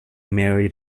married